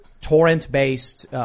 torrent-based